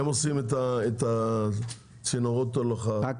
הם עושים את צינורות ההולכה,